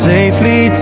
Safely